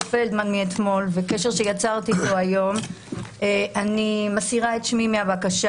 פלדמן מאתמול וקשר שיצרת אתו היום אני מסירה את שמי מהבקשה.